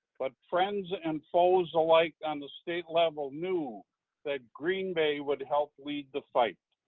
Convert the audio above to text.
but friends and foes alike on the state level knew that green bay would help lead the fight.